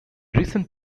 recent